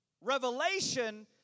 Revelation